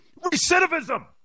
recidivism